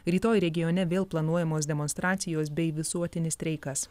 rytoj regione vėl planuojamos demonstracijos bei visuotinis streikas